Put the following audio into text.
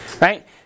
right